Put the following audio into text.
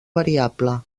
variable